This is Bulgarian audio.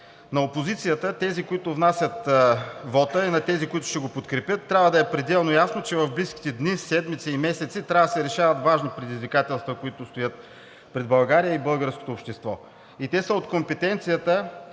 На опозицията – тези, които внасят вота, и на тези, които ще го подкрепят, трябва да е пределно ясно, че в близките дни, седмици и месеци трябва да се решават важни предизвикателства, които стоят пред България и българското общество и те са от компетенцията